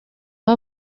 aho